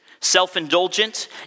self-indulgent